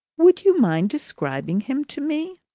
would you mind describing him to me?